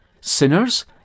sinners